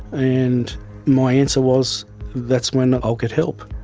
and my answer was that's when i'll get help.